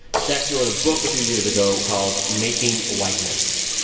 she actually wrote a book a few years ago called making whiteness.